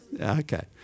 okay